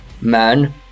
man